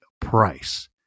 price